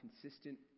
consistent